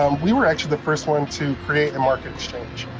um we were actually the first one to create a market exchange.